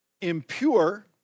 Impure